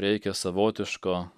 reikia savotiško